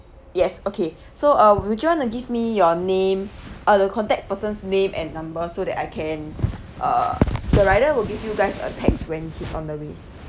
yes okay so uh would you wanna give me your name uh the contact person's name and number so that I can uh the rider will give you guys a text when he's on the way